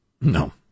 No